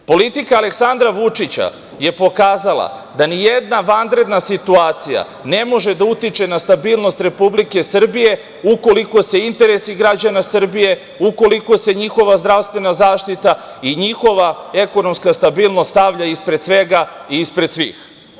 Politika Aleksandra Vučića je pokazala da nijedna vanredna situacija ne može da utiče na stabilnost Republike Srbije, ukoliko se interesi građana Srbije, ukoliko se njihova zdravstvena zaštita i njihova ekonomska stabilnost, stavlja ispred svega i ispred svih.